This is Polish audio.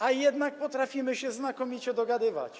A jednak potrafimy się znakomicie dogadywać.